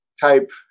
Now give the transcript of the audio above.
type